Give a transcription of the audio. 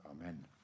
Amen